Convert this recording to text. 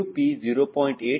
6 ಮತ್ತು ηp 0